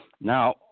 Now